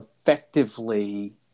effectively